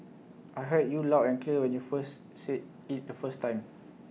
I heard you loud and clear when you first said IT the first time